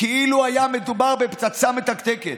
כאילו היה מדובר בפצצה מתקתקת.